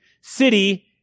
city